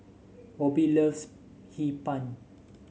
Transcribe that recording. Bobbi loves Hee Pan